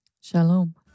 shalom